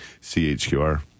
CHQR